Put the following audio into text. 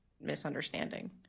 misunderstanding